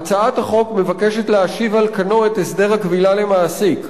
"הצעת החוק מבקשת להשיב על כנו את הסדר הכבילה למעסיק,